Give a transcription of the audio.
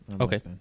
Okay